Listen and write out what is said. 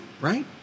right